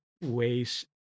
ways